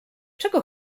czego